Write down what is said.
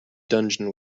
dungeon